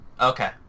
Okay